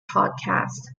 podcast